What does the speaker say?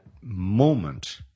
moment